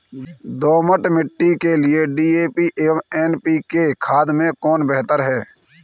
दोमट मिट्टी के लिए डी.ए.पी एवं एन.पी.के खाद में कौन बेहतर है?